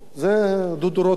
דודו רותם נמצא פה,